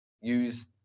Use